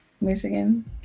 michigan